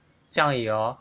这样而已咯